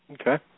Okay